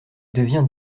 devient